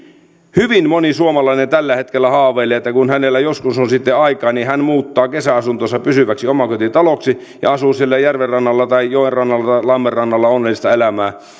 hyvin moni suomalainen tällä hetkellä haaveilee että kun hänellä joskus on sitten aikaa niin hän muuttaa kesäasuntonsa pysyväksi omakotitaloksi ja asuu siellä järvenrannalla tai joenrannalla tai lammenrannalla onnellista elämää